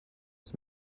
his